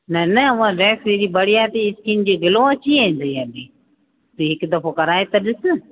न न उहा वैक्स अहिड़ी बढ़िया थी स्किन ते गलो अची वेंदीअ त हिकु दफ़ो कराए त ॾिस